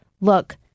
look